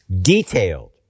detailed